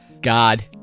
God